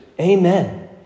Amen